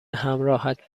همراهت